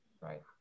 Right